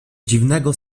dziwnego